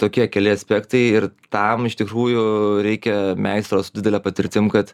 tokie keli aspektai ir tam iš tikrųjų reikia meistro su didele patirtim kad